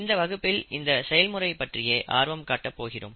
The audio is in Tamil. இந்த வகுப்பில் இந்த செயல்முறை பற்றியே ஆர்வம் காட்டப் போகிறோம்